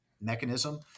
mechanism